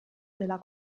della